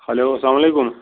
hello اسلام علیکُم